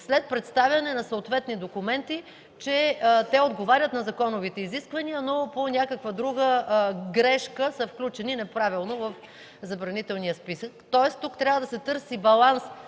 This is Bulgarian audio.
след представяне на съответни документи, че отговарят на законовите изисквания, но по някаква друга грешка са включени неправилно в забранителния списък. Тоест тук трябва да се търси баланс,